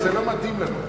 זה לא מתאים לנו.